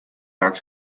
jaoks